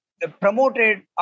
promoted